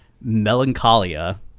Melancholia